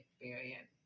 experience